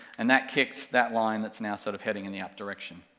and that kicks that line that's now sort of heading in the up direction.